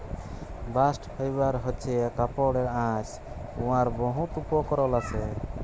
bast fibre হছে কাপড়ের আঁশ উয়ার বহুত উপকরল আসে